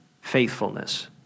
faithfulness